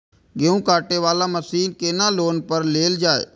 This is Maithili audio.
गेहूँ काटे वाला मशीन केना लोन पर लेल जाय?